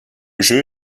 jeu